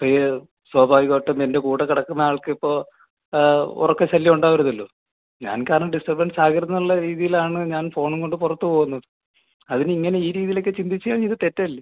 പ്രിയേ സ്വാഭാവികായിട്ടും എൻ്റെ കൂടെ കിടക്കുന്ന ആൾക്ക് ഇപ്പോൾ ഉറക്ക ശല്യം ഉണ്ടാവരുതല്ലോ ഞാൻ കാരണം ഡിസ്റ്റർബെൻസ് ആകരുത് എന്നുള്ള രീതിയിലാണ് ഞാൻ ഫോണും കൊണ്ട് പുറത്ത് പോവുന്നത് അതിന് ഇങ്ങനെ ഈ രീതിയിലൊക്കെ ചിന്തിച്ചുകഴിഞ്ഞാൽ ഇത് തെറ്റല്ലേ